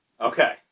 Okay